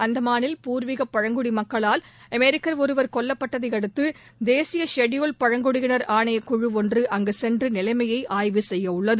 அந்தமானில் பூர்வீக பழங்குடி மக்களால் அமெரிக்கள் ஒருவர் கொல்லப்பட்டதை அடுத்த தேசிய ஷெடியூஸ்ட் பழங்குடியினர் ஆணைய குழு ஒன்று அங்குச் சென்று நிலைமையை ஆய்வு செய்ய உள்ளது